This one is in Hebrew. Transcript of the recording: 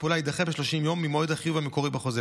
שהתגייסו כדי לסייע ככל יכולתם למשפחות,